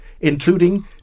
including